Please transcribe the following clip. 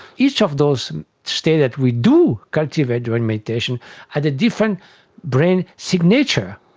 each of those states that we do cultivate during meditation had a different brain signature,